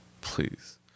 Please